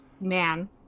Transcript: man